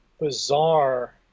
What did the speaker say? bizarre